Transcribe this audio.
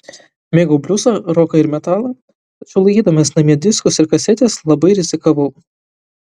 mėgau bliuzą roką ir metalą tačiau laikydamas namie diskus ir kasetes labai rizikavau